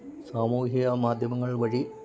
സാമൂഹിക മാദ്ധ്യമങ്ങൾ വഴി